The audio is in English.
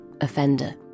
offender